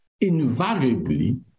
invariably